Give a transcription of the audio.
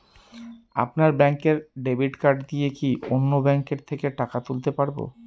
আপনার ব্যাংকের debit card দিয়ে কি অন্য ব্যাংকের থেকে টাকা তুলতে পারবো?